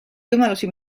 võimalusi